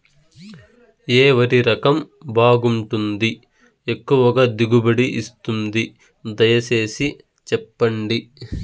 ఏ వరి రకం బాగుంటుంది, ఎక్కువగా దిగుబడి ఇస్తుంది దయసేసి చెప్పండి?